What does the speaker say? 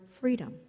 freedom